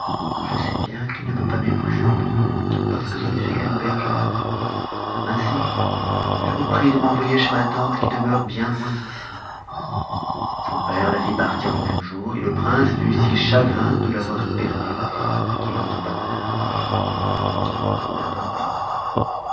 je sais bien qu'il ne peut pas m'épouser parce que je ne suis qu'une bergère ainsi je vous prie de m'envoyer chez ma tante qui demeure bien loin d'ici son père la fit partir le même jour et le prince fut si chagrin de l'avoir perdue qu'il en tomba malade abor lui dit